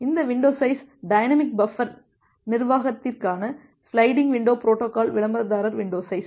இந்த window size dynamic buffer நிர்வாகத்திற்கான sliding window protocol விளம்பரதாரர் வின்டோ சைஸ்